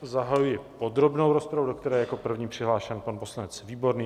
Zahajuji podrobnou rozpravu, do které je jako první přihlášen pan poslanec Výborný.